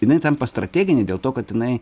jinai tampa strategine dėl to kad jinai